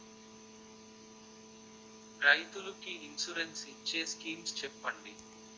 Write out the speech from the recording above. రైతులు కి ఇన్సురెన్స్ ఇచ్చే స్కీమ్స్ చెప్పండి?